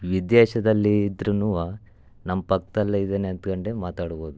ವಿದೇಶದಲ್ಲಿ ಇದ್ರೂನುವ ನಮ್ಮ ಪಕ್ಕದಲ್ಲೇ ಇದ್ದಾನೆ ಅಂತ್ಕಂಡೇ ಮಾತಾಡ್ಬೋದು